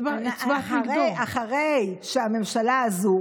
נכון מאוד, כי אחרי שהממשלה הזו